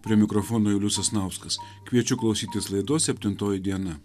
prie mikrofono julius sasnauskas kviečiu klausytis laidos septintoji diena